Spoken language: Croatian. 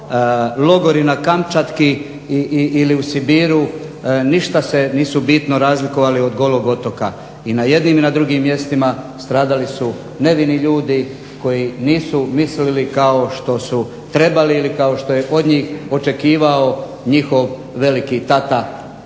logori na Kamčatki ili u Sibiru ništa se nisu bitno razlikovali od Golog otoka. I na jednim i na drugim mjestima stradali su nevini ljudi, koji nisu mislili kao što su trebali, ili kao što je od njih očekivao njihov veliki tata